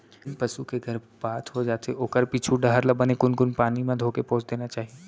जेन पसू के गरभपात हो जाथे ओखर पीछू डहर ल बने कुनकुन पानी म धोके पोंछ देना चाही